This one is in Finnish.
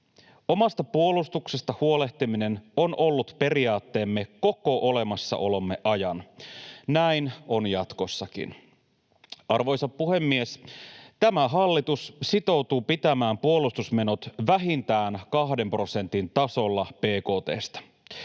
Omasta puolustuksesta huolehtiminen on ollut periaatteemme koko olemassaolomme ajan. Näin on jatkossakin. Arvoisa puhemies! Tämä hallitus sitoutuu pitämään puolustusmenot vähintään kahden prosentin tasolla